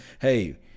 hey